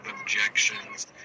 objections